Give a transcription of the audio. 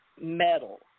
metal